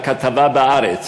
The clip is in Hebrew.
בכתבה ב"הארץ",